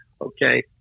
okay